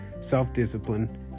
self-discipline